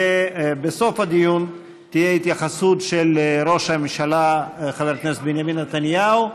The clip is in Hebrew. בסוף הדיון תהיה התייחסות של ראש הממשלה חבר הכנסת בנימין נתניהו,